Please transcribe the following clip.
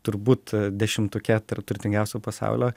turbūt dešimtuke tarp turtingiausių pasaulio